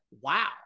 wow